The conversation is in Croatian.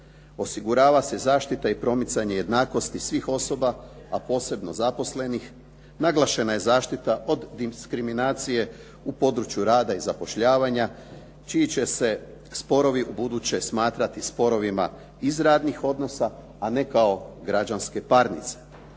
osigurava se zaštita i promicanje jednakosti svih osoba, a posebno zaposlenih, naglašena je zaštita od diskriminacije u području rada i zapošljavanja čiji će se sporovi ubuduće smatrati sporovima iz radnih odnosa, a ne kao građanske parnice.